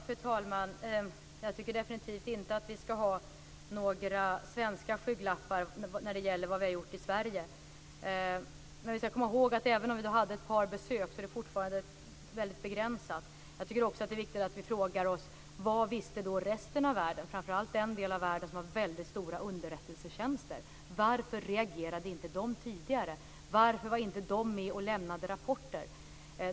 Fru talman! Jag tycker definitivt inte att vi ska ha några svenska skygglappar när det gäller vad vi har gjort i Sverige. Vi ska komma ihåg att även om det var ett par besök är det fortfarande väldigt begränsat. Jag tycker också att det är viktigt att vi frågar oss: Vad visste resten av världen, framför allt den delen av världen som hade väldigt stora underrättelsetjänster? Varför reagerade inte de tidigare? Varför var de inte med och lämnade rapporter?